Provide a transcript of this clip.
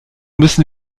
müssen